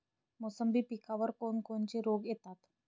मोसंबी पिकावर कोन कोनचे रोग येतात?